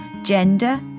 gender